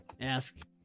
ask